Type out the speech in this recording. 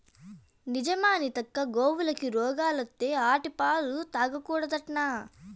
నిజమా అనితక్కా, గోవులకి రోగాలత్తే ఆటి పాలు తాగకూడదట్నా